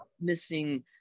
missing